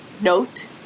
note